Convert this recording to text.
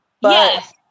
Yes